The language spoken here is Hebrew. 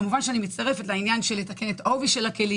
כמובן שאני מצטרפת לעניין של לתקן את עובי הכלים